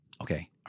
Okay